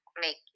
make